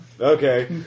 Okay